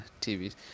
TVs